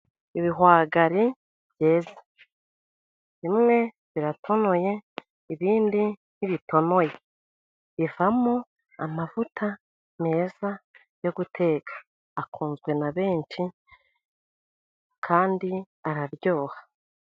Ibihwagari byeze. Bimwe biratonoye, ibindi ntibitonoye. Bivamo amavuta meza yo guteka akunzwe na benshi, kandi araryoha.